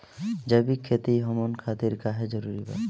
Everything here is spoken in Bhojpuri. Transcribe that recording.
जैविक खेती हमन खातिर काहे जरूरी बा?